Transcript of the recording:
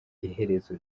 iherezo